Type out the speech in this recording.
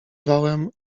wałem